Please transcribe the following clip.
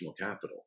capital